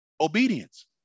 Obedience